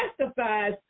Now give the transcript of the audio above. testifies